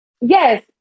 Yes